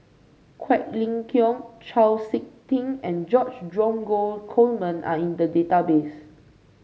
Quek Ling Kiong Chau SiK Ting and George Dromgold Coleman are in the database